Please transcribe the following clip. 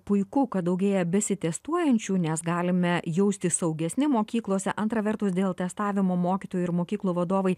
puiku kad daugėja besitestuojančių nes galime jaustis saugesni mokyklose antra vertus dėl testavimo mokytojų ir mokyklų vadovai